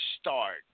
start